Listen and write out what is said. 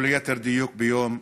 או ליתר דיוק, ביום שישי,